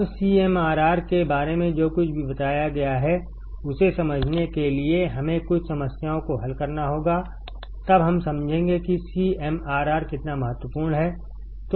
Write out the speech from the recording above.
अब सीएमआरआर के बारे में जो कुछ भी बताया गया है उसे समझने के लिएहमें कुछ समस्याओं को हल करना होगा तब हमसमझेंगे कि CMRR कितना महत्वपूर्ण है